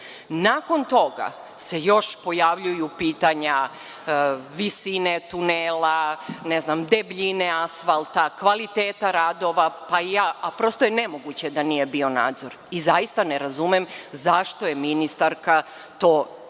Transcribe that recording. Nakon toga se još pojavljuju pitanja visine tunela, ne znam, debljine asfalta, kvaliteta radova. Prosto je nemoguće da nije bio nadzor. Zaista ne razumem zašto je ministarka to tako